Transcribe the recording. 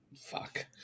fuck